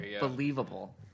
believable